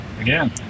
again